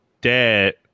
dad